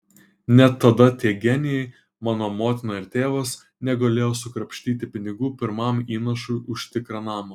net tada tie genijai mano motina ir tėvas negalėjo sukrapštyti pinigų pirmam įnašui už tikrą namą